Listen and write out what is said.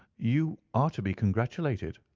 you are to be congratulated,